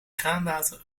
kraanwater